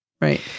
Right